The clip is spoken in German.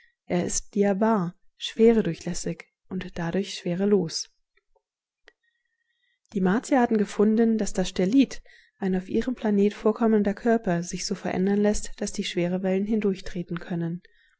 er ist diabar schweredurchlässig und dadurch schwerelos die martier hatte gefunden daß das stellit ein auf ihrem planeten vorkommender körper sich so verändern läßt daß die schwerewellen hindurchtreten können